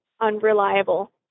unreliable